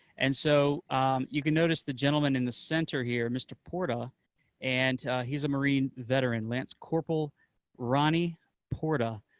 and so you can notice the gentleman in the center here, mr. porta and he's a marine veteran, lance corporal ronnie porta,